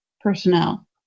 personnel